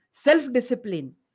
Self-discipline